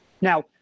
now